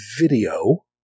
video